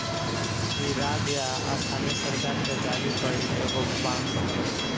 इ राज्य या स्थानीय सरकार के जारी कईल एगो बांड हवे